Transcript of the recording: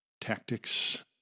tactics